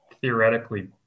theoretically